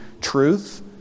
truth